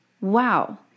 Wow